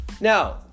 Now